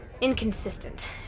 inconsistent